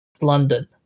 London